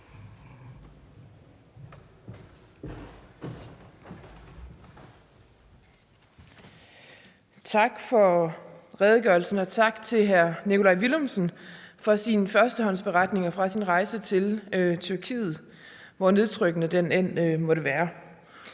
Tak for redegørelsen, og tak til hr. Nikolaj Villumsen for hans førstehåndsberetninger fra hans rejse til Tyrkiet, hvor nedtrykkende den end måtte være.